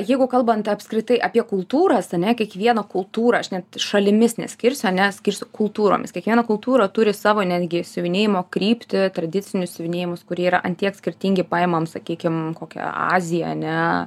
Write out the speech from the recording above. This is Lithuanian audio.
jeigu kalbant apskritai apie kultūras ar ne kiekvieną kultūrą aš net šalimis neskirsiu nes su kultūromis kiekviena kultūra turi savo netgi siuvinėjimo kryptį tradicinius siuvinėjimus kurie yra ant tiek skirtingi paimam sakykim kokią aziją ar ne